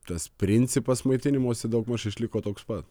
tas principas maitinimosi daugmaž išliko toks pat